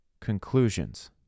conclusions